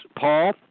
Paul